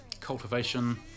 cultivation